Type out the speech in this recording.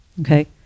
okay